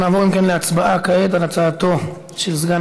אנחנו נעבור כעת להצבעה כעת על הצעתו של סגן